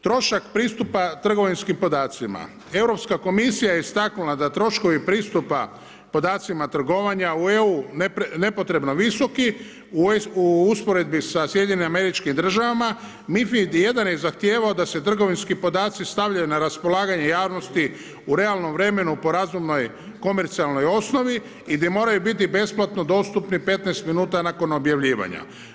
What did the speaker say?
Trošak pristupa trgovinskim podacima, Europska komisija je istaknula da troškovi pristupa podacima trgovanja u EU, nepotrebno visoki, u usporedbi sa SAD MiFID1 je zahtijevao da se trgovinski podaci stavljaju na raspolaganju javnosti u realnom vremenu po razumnom komercijalnoj osnovi i gdje moraju biti besplatno dostupni, 15 min, nakon objavljivanja.